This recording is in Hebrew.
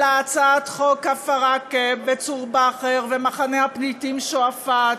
אלא הצעת חוק כפר עקב וצור באהר ומחנה הפליטים שועפאט.